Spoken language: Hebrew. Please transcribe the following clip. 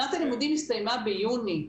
שנת הלימודים הסתיימה ביוני.